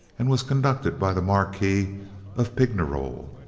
and was conducted by the marquis of pignerol,